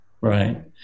Right